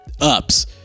ups